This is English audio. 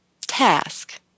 task